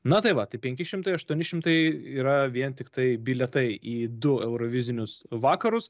na tai va tai penki šimtai aštuoni šimtai yra vien tiktai bilietai į du eurovizinius vakarus